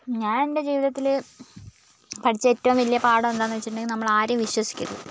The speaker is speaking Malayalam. ഞാൻ എൻ്റെ ജീവിതത്തിൽ പഠിച്ച ഏറ്റവും വലിയ പാഠം എന്താണെന്ന് വെച്ചിട്ടുണ്ടെങ്കിൽ നമ്മൾ ആരെയും വിശ്വസിക്കരുത്